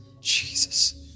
Jesus